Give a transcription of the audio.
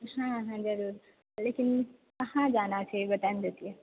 हँ हँ जरूर लेकिन कहाँ जाना छै ई बता ने देतियै